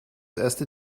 erste